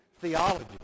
theology